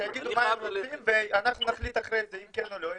שיגידו מה הם רוצים ואנחנו נחליט אחרי זה אם כן או לא.